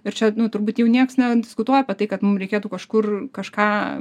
ir čia turbūt jau nieks nediskutuoja apie tai kad mum reikėtų kažkur kažką